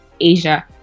Asia